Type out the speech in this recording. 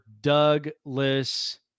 Douglas